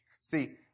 See